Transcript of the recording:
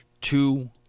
two